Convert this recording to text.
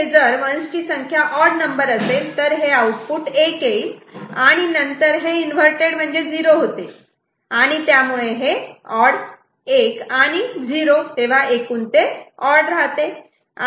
आणि इथे जर 1's ची संख्या ऑड नंबर असेल तर हे आउटपुट 1 येईल आणि नंतर हे इन्वर्तेड म्हणजे 0 होते आणि त्यामुळे हे ऑड 1 आणि 0 तेव्हा एकूण ते ऑड राहते